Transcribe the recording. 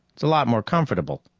it's a lot more comfortable.